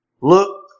Look